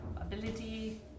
ability